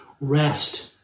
rest